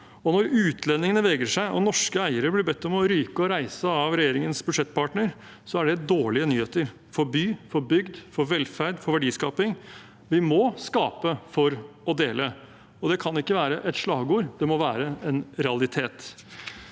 Når utlendingene vegrer seg og norske eiere blir bedt om å ryke og reise av regjeringens budsjettpartner, er det dårlige nyheter for by, for bygd, for velferd og for verdiskaping. Vi må skape for å dele. Det kan ikke være et slagord, det må være en realitet.